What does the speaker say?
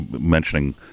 mentioning